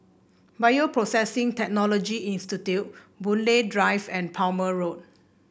Bioprocessing Technology Institute Boon Lay Drive and Palmer Road